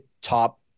top